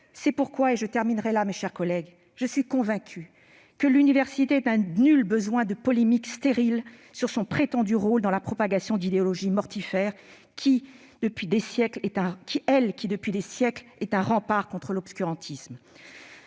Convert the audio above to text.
C'est pourquoi, mes chers collègues, je suis convaincue que l'université n'a nul besoin de polémiques stériles sur son prétendu rôle dans la propagation d'idéologies mortifères, elle qui, depuis des siècles, est un rempart contre l'obscurantisme.